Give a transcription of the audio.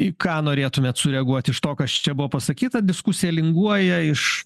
į ką norėtumėt sureaguoti iš to kas čia buvo pasakyta diskusija linguoja iš